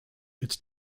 its